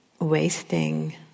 wasting